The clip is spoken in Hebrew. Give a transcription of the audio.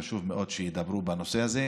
חשוב מאוד שידברו על הנושא הזה,